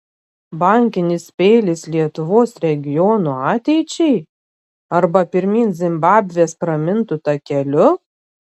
bankinis peilis lietuvos regionų ateičiai arba pirmyn zimbabvės pramintu takeliu